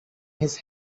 his